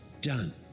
done